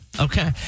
Okay